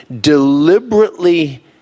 deliberately